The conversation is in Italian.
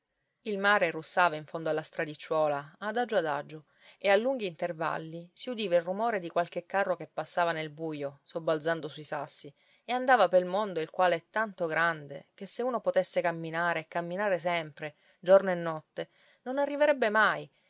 il mare russava in fondo alla stradicciuola adagio adagio e a lunghi intervalli si udiva il rumore di qualche carro che passava nel buio sobbalzando sui sassi e andava pel mondo il quale è tanto grande che se uno potesse camminare e camminare sempre giorno e notte non arriverebbe mai